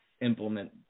implement